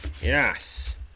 Yes